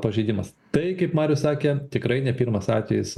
pažeidimas tai kaip marius sakė tikrai ne pirmas atvejis